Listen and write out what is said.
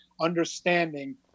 understanding